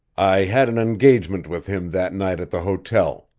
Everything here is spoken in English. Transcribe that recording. i had an engagement with him that night at the hotel.